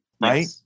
right